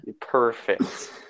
Perfect